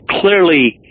clearly